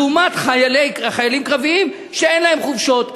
לעומת חיילים קרביים שאין להם חופשות.